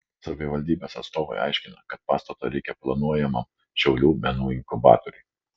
savivaldybės atstovai aiškina kad pastato reikia planuojamam šiaulių menų inkubatoriui